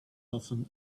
often